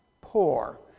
poor